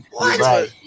right